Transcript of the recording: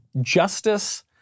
justice